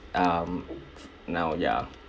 um now ya